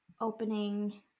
opening